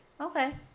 Okay